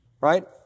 Right